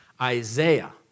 Isaiah